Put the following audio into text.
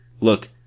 Look